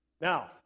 Now